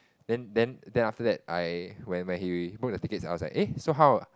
then then then after that I when when he book the tickets I was eh like so how